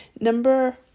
Number